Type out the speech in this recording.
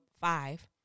five